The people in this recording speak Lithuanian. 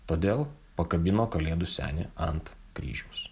todėl pakabino kalėdų senį ant kryžiaus